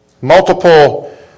multiple